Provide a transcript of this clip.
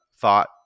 thought